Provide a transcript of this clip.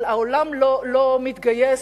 אבל העולם לא מתגייס,